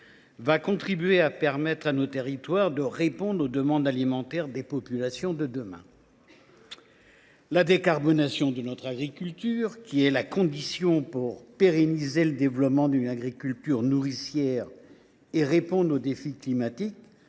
contribuera à ce que nos territoires puissent répondre aux demandes alimentaires des populations de demain. La décarbonation de notre agriculture, qui est la condition pour pérenniser le développement d’une agriculture nourricière tout en répondant aux défis climatiques,